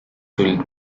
tulid